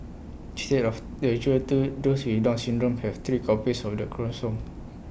instead of the usual two those with down syndrome have three copies of the chromosome